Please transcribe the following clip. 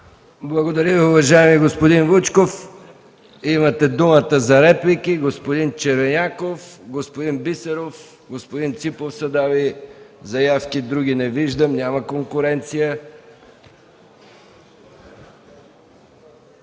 Благодаря Ви, уважаеми господин Вучков. Имате думата за реплики. Господин Червеняков, господин Бисеров и господин Ципов са дали заявки. Не виждам други. Няма конкуренция.